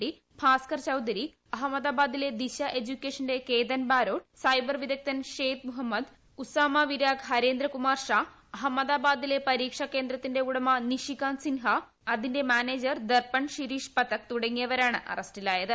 D Bhaskar Chaudhary അഹമ്മദാബാദിലെ ദിശ എഡ്യൂക്കേഷന്റെ Ketan Barot cyber വിദഗ്ധൻ ഷേത് മുഹമ്മദ് ഉസാമാ വിരാഗ് ഹരേന്ദ്ര കുമാർ ഷാ അഹമ്മാദാ ബാദിലെ പരീക്ഷ കേന്ദ്രത്തിന്റെ ഉടമ നിഷികാന്ത് സിൻഹ അതിന്റെ മാനേജർ ദർപ്പൺ ഷിരിഷ് പഥക് തുടങ്ങിയവരാണ് അറസ്റ്റിലായത്